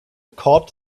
caught